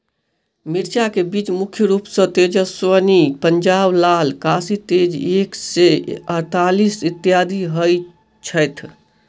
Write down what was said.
मिर्चा केँ बीज मुख्य रूप सँ तेजस्वनी, पंजाब लाल, काशी तेज एक सै अड़तालीस, इत्यादि होए छैथ?